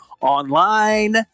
online